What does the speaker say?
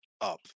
up